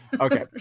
Okay